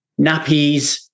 nappies